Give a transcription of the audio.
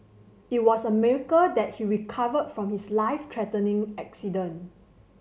it was a miracle that he recovered from his life threatening accident